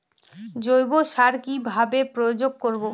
জৈব সার কি ভাবে প্রয়োগ করব?